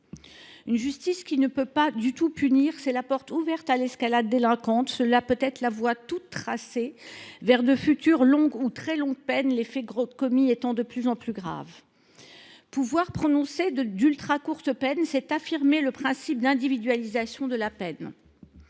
Une justice qui ne peut pas du tout punir, c’est la porte ouverte à l’escalade délinquante, cela peut être la voie toute tracée vers de futures longues ou très longues peines, les faits commis étant de plus en plus graves. Pouvoir prononcer des peines ultracourtes renforcerait le principe d’individualisation de la peine.